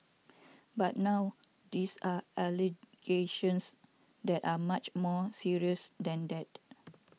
but now these are allegations that are much more serious than that